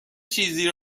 چیزی